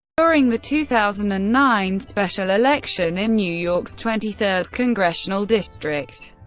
during the two thousand and nine special election in new york's twenty third congressional district,